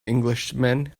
englishman